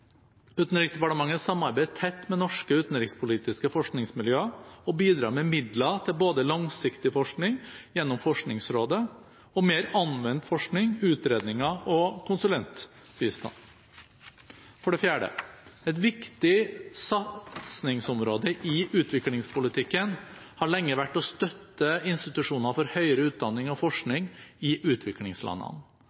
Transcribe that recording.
Utenriksdepartementet samarbeider tett med norske utenrikspolitiske forskningsmiljøer og bidrar med midler til både langsiktig forskning gjennom Forskningsrådet og mer anvendt forskning, utredninger og konsulentbistand. For det fjerde: Et viktig satsingsområde i utviklingspolitikken har lenge vært å støtte institusjoner for høyere utdanning og